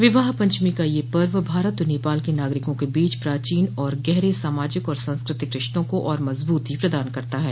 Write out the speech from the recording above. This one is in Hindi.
विवाह पंचमी का यह पर्व भारत और नेपाल के नागरिकों के बीच प्राचीन और गहरे सामाजिक व सांस्कृतिक रिश्तों को और मजबूती प्रदान करता है